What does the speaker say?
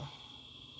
ah